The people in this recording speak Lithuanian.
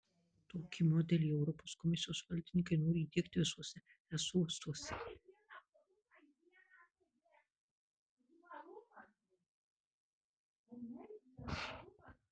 tokį modelį europos komisijos valdininkai nori įdiegti visuose es uostuose